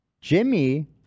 Jimmy